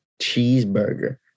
cheeseburger